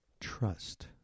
trust